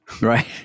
Right